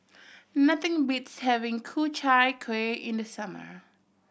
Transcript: nothing beats having Ku Chai Kueh in the summer